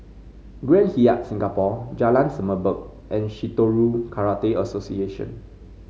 Grand Hyatt Singapore Jalan Semerbak and Shitoryu Karate Association